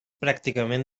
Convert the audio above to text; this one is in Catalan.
pràcticament